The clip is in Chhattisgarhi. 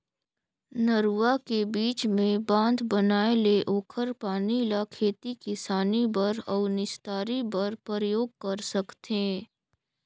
नरूवा के बीच मे बांध बनाये ले ओखर पानी ल खेती किसानी बर अउ निस्तारी बर परयोग कर सकथें